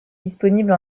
disponible